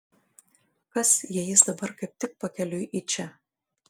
kas jei jis dabar kaip tik pakeliui į čia